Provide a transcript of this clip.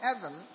heaven